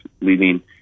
leaving